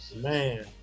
Man